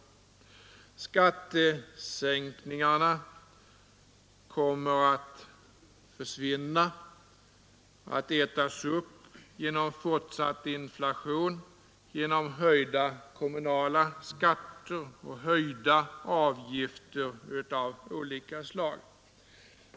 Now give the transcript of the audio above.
Skattesänkningarna kommer att ätas upp genom fortsatt inflation, genom höjda kommunala skatter och höjda avgifter av olika slag.